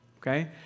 Okay